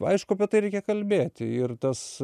aišku apie tai reikia kalbėti ir tas